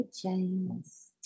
James